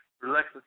Relax